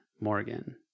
Morgan